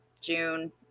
June